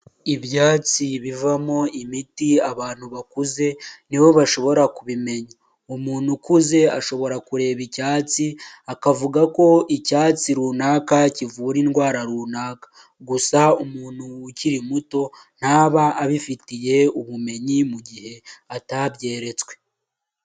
Ibyatsi bivamo imiti, abantu bakuze nibo bashobora kubimenya, umuntu ukuze ashobora kureba icyatsi akavuga ko icyatsi runaka kivura indwara runaka, gusa umuntu ukiri muto ntaba abifitiye ubumenyi mu gihe atabyeretswe.